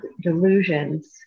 delusions